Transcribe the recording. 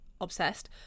obsessed